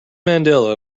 mandela